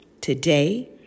today